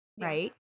right